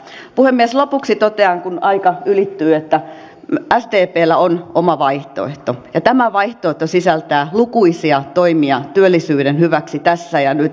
lopuksi totean kun aika ylittyy että sdpllä on oma vaihtoehto ja tämä vaihtoehto sisältää lukuisia toimia työllisyyden hyväksi tässä ja nyt